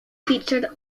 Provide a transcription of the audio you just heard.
featured